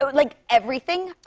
but like everything,